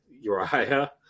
Uriah